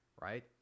right